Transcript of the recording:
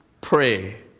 pray